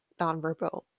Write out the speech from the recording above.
nonverbal